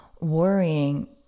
worrying